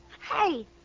Hey